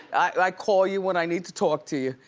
i call you when i need to talk to you.